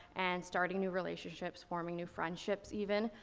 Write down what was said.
and starting new relationships, forming new friendships even.